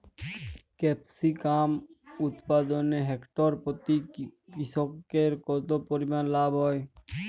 Capsicum উৎপাদনে hectare প্রতি কৃষকের কত পরিমান লাভ হয়?